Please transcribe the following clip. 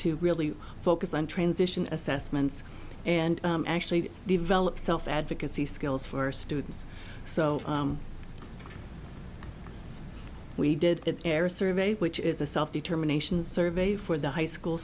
really focus on transition assessments and actually develop self advocacy skills for students so we did air a survey which is a self determination survey for the high school